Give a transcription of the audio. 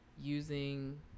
using